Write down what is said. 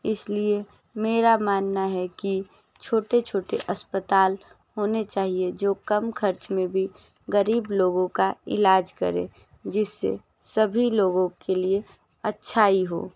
इसलिए मेरा मनना है कि छोटे छोटे अस्पताल होने चाहिए जो कम ख़र्च में भी ग़रीब लोगों का इलाज करें जिससे सभी लोगों के लिए अच्छाई हो